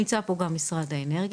נמצא פה גם משרד האנרגיה,